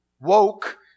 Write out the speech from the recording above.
woke